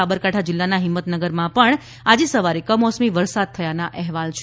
સાબરકાંઠા જિલ્લાના હિંમતનગરમાં પણ આજે સવારે કમોસમી વરસાદ થયાના અહેવાલ છે